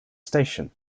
station